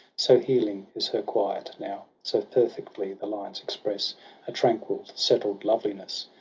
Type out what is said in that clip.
so healing is her quiet now. so perfectly the lines express a tranquil, settled loveliness,